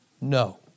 no